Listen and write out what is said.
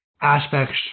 aspects